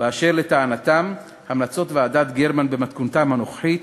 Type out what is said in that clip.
כאשר לטענתם המלצות ועדת גרמן במתכונתן הנוכחית